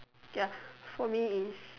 ya for me is